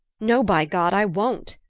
no, by god, i won't!